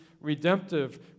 redemptive